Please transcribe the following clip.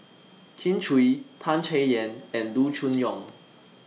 Kin Chui Tan Chay Yan and Loo Choon Yong